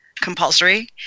compulsory